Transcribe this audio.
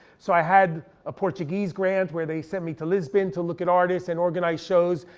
so i had a portuguese grant where they sent me to lisbon to look at artists and organize shows.